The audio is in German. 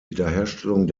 wiederherstellung